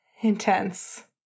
intense